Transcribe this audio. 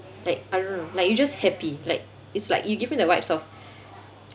like I don't know like you just happy like it's like you give me the vibes of